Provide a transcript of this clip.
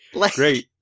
Great